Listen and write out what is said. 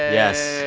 yes.